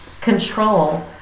control